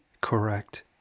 correct